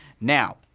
Now